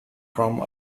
from